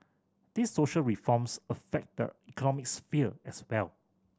these social reforms affect the economic sphere as well